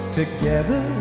together